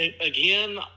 again